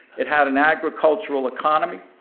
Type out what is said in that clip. it had an agricultural economy,